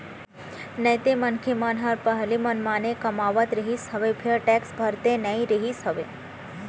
नइते मनखे मन ह पहिली मनमाने कमावत रिहिस हवय फेर टेक्स भरते नइ रिहिस हवय